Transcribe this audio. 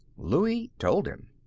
louie told him.